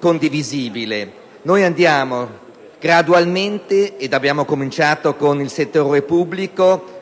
condivisibile. Gradualmente - abbiamo cominciato con il settore pubblico